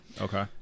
Okay